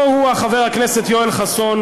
קור רוח, חבר הכנסת יואל חסון,